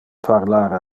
parlar